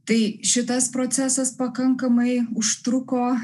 tai šitas procesas pakankamai užtruko